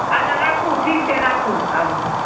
अच्छा राखू ठीक छै राखू आबू